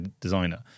designer